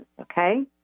okay